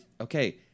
okay